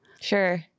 Sure